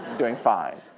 doing fine.